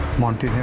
monty.